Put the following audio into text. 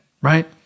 Right